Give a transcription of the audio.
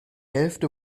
hälfte